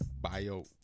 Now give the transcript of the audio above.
bio